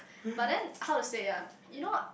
but then how to say ah you know ah